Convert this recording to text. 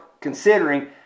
considering